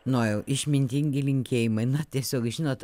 nojau išmintingi linkėjimai na tiesiog žinot